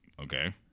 okay